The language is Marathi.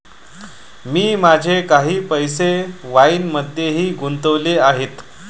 मी माझे काही पैसे वाईनमध्येही गुंतवले आहेत